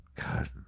God